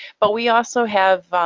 but we also have,